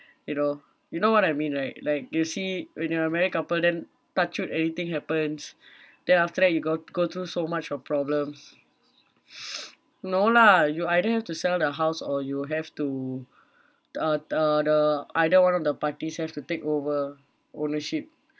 you know you know what I mean right like you see when you're a married couple then touch wood anything happens then after that you got go through so much of problems no lah you either have to sell the house or you have to uh uh the either one of the parties have to take over ownership